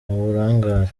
uburangare